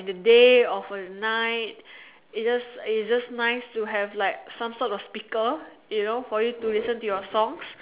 in the day of the night it just it just nice to have like some sort of speaker you know for you to listen to your songs